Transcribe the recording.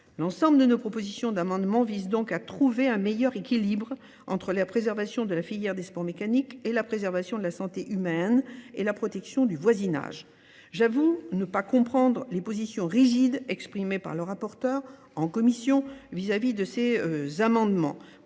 L'ensemble de nos propositions d'amendement vise donc à trouver un meilleur équilibre entre la préservation de la filière des sports mécaniques et la préservation de la santé humaine et la protection du voisinage. J'avoue ne pas comprendre les positions rigides exprimées par le rapporteur en commission vis-à-vis de ces amendements.